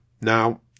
Now